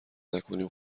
نکنیم